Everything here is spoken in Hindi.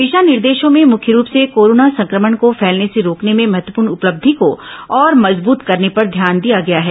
दिशा निर्देशों में मुख्य रूप से कोरोना संक्रमण को फैलने से रोकने में महत्वपूर्ण उपलब्धि को और मजबूत करने पर ध्यान दिया गया है